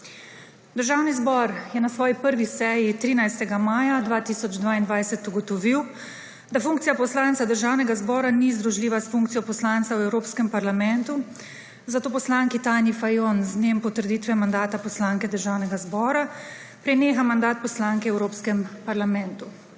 Državni zbor je na svoji 1. seji 13. maja 2022 ugotovil, da funkcija poslanca Državnega zbora ni združljiva s funkcijo poslanca v Evropskem parlamentu, zato poslanki Tanji Fajon z dnem potrditve mandata poslanke Državnega zbora preneha mandat poslanke v Evropskem parlamentu.